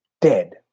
dead